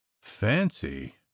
Fancy